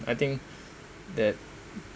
I think that